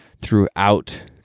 throughout